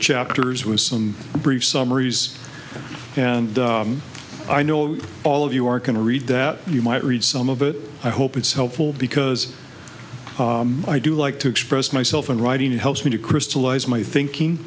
chapters was some brief summaries and i know all of you are going to read that you might read some of it i hope it's helpful because i do like to express myself in writing it helps me to crystallize my thinking